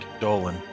Dolan